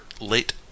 late